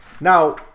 now